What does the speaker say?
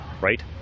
right